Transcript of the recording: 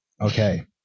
Okay